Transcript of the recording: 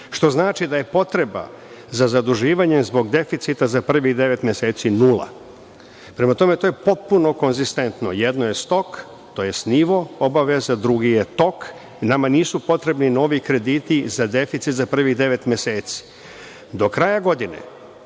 Što znači da je potreba za zaduživanje, zbog deficita za prvih devet meseci nula. Prema tome, to je potpuno konzistentno, jedno je stok tj. nivo obaveza, drugi je tok. Nama nisu potrebni novi krediti za deficit za prvih devet meseci. Do kraja godine,